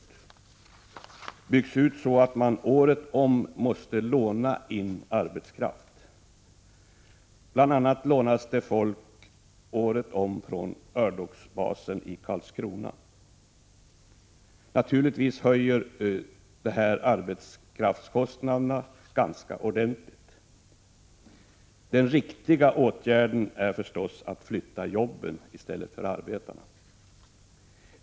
Den byggs ut så att man året om måste låna in arbetskraft. Bl.a. lånas det folk året om från örlogsbasen i Karlskrona. Naturligtvis höjer detta arbetskraftskostnaderna ganska ordentligt. Den riktiga åtgärden är givetvis att flytta jobben i stället för arbetarna.